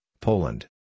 Poland